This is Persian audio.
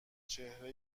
چهره